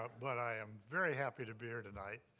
but i am very happy to be here tonight,